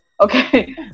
Okay